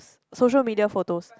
social media photos